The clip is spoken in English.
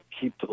keep